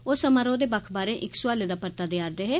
ओह समारोह दे बक्ख बाहरें इक सोआलै दा परता देआ दे हे